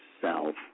self